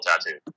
tattoo